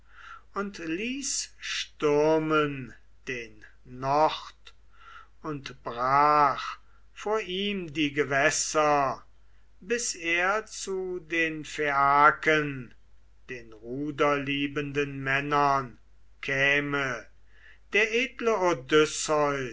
und ließ stürmen den nord und brach vor ihm die gewässer bis er zu den phaiaken den ruderliebenden männern käme der edle